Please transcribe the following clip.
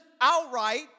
outright